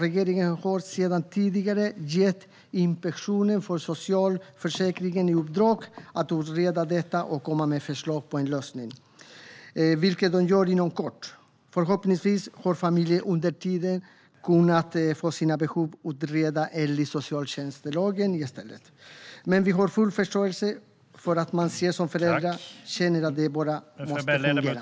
Regeringen har sedan tidigare gett Inspektionen för socialförsäkringen i uppdrag att utreda detta och komma med förslag till en lösning, vilket de gör inom kort. Förhoppningsvis har familjer under tiden kunnat få sina behov utredda enligt socialtjänstlagen i stället. Men vi har full förståelse för att man som förälder känner att det bara måste fungera.